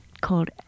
called